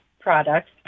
products